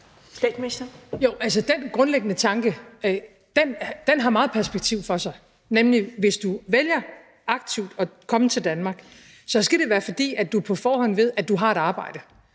den grundlæggende tanke er der meget perspektiv i, nemlig at hvis du vælger aktivt at komme til Danmark, så skal det være, fordi du på forhånd ved, at du har et arbejde,